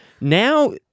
Now